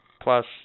Plus